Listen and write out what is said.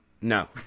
No